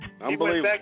Unbelievable